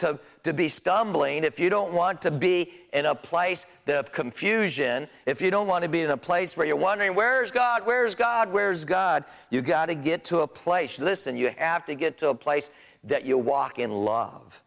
to be stumbling if you don't want to be in a place the confusion if you don't want to be in a place where you're wondering where's god where's god where's god you gotta get to a place of this and you have to get to a place that you walk in l